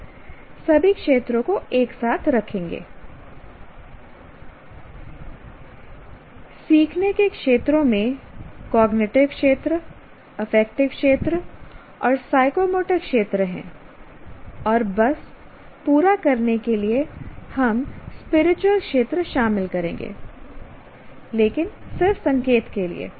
हम सभी क्षेत्रों को एक साथ रखेंगे सीखने के क्षेत्रों में कॉग्निटिव क्षेत्र अफेक्टिव क्षेत्र और साइकोमोटर क्षेत्र हैं और बस पूरा करने के लिए हम स्पिरिचुअल क्षेत्र शामिल करेंगे लेकिन सिर्फ संकेत के लिए